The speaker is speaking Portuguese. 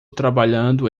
trabalhando